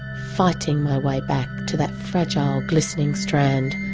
fighting my way back to that fragile, glistening strand.